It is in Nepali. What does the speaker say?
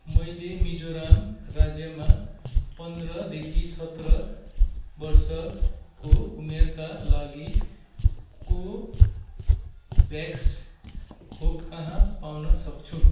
मैले मिजोराम राज्यमा पन्ध्रदेखि सत्र वर्षको उमेरका लागि कोभ्याक्स खोप कहाँ पाउन सक्छु